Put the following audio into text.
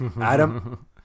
Adam